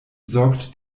sorgt